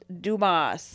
Dumas